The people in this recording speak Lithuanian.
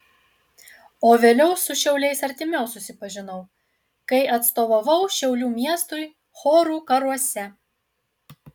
o vėliau su šiauliais artimiau susipažinau kai atstovavau šiaulių miestui chorų karuose